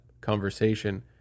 conversation